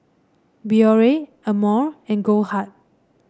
Biore Amore and Goldheart